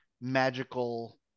magical